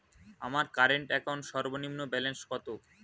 আমার current account সর্বনিম্ন balance কত?